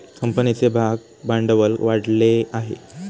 कंपनीचे भागभांडवल वाढले आहे